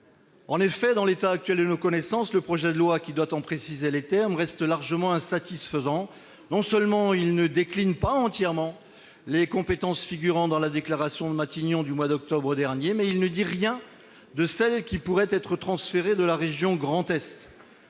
En effet, dans l'état actuel de nos connaissances, le projet de loi qui doit en préciser les termes reste largement insatisfaisant. Non seulement il ne décline pas entièrement les compétences figurant dans la déclaration de Matignon du mois d'octobre dernier, mais il ne dit rien de celles qui pourraient être transférées de la région Grand Est.